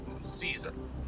season